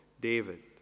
David